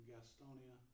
Gastonia